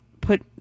put